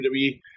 wwe